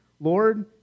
Lord